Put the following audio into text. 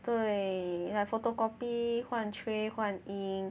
对 ya photocopy 换 tray 换 ink